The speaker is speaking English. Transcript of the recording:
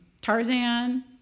Tarzan